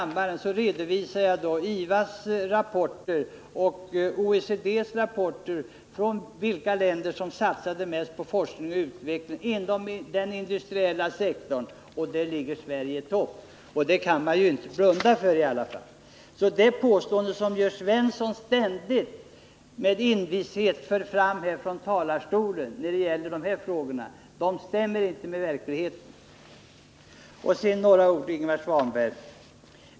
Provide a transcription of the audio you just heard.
Och förra året redovisade jag här i kammaren IVA:s och OECD:s rapporter om vilka länder som satsade mest på forskning och utveckling inom den industriella sektorn. Sverige låg då i topp. Detta kan man inte blunda för. Det påstående som Jörn Svensson när det gäller dessa frågor med envishet ständigt för fram från talarstolen stämmer inte med verkligheten. Så några ord till Ingvar Svanberg.